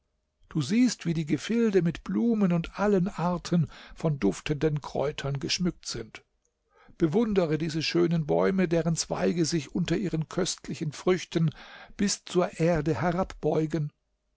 du siehst wie die gefilde mit blumen und allen arten von duftenden kräutern geschmückt sind bewundere diese schönen bäume deren zweige sich unter ihren köstlichen früchten bis zur erde